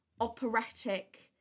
operatic